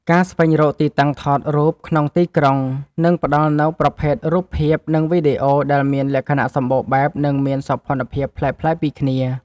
ការស្វែងរកទីតាំងថតរូបក្នុងទីក្រុង នឹងផ្ដល់នូវប្រភេទរូបភាព និងវីដេអូដែលមានលក្ខណៈសម្បូរបែប និងមានសោភ័ណភាពប្លែកៗពីគ្នា។